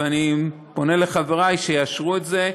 ואני פונה לחברי שיאשרו את זה.